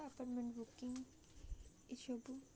apartment booking ଇସବୁ